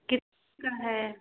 किसका है